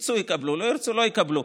ירצו, יקבלו, לא ירצו, לא יקבלו.